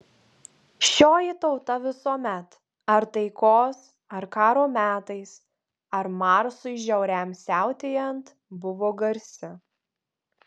šioji tauta visuomet ar taikos ar karo metais ar marsui žiauriam siautėjant buvo garsi